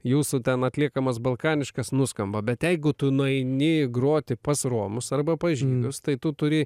jūsų ten atliekamas balkaniškas nuskamba bet jeigu tu nueini groti pas romus arba pas žydus tai tu turi